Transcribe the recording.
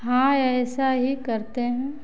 हाँ ऐसा ही करते हैं